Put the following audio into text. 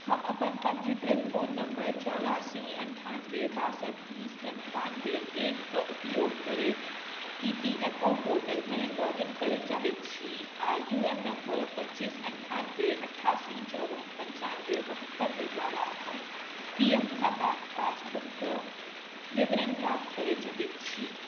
हम अपन पञ्जीकृत फोन नम्बर चौरासी अन्ठानबे बासठि बीस सन्तानबे एकके उपयोग करैत ई पी एफ ओ पोर्टलमे लॉग इन करय चाहैत छी आ यू ए एन नम्बर पच्चीस अन्ठानबे अठासी चौबन पन्चानबे बहत्तरिके द्वारा अपन पी एफ खाताक पासबुकके विवरण प्राप्त करय चाहैत छी